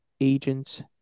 agents